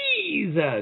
Jesus